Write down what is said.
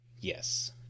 Yes